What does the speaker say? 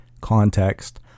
context